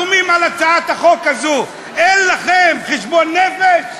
אתם חתומים על הצעת החוק הזו, אין לכם חשבון נפש?